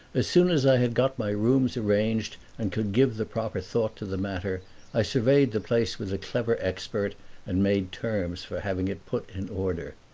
as soon as i had got my rooms arranged and could give the proper thought to the matter i surveyed the place with a clever expert and made terms for having it put in order.